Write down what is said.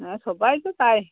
হ্যাঁ সবাই তো তাই